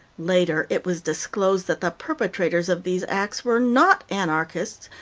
later it was disclosed that the perpetrators of these acts were not anarchists,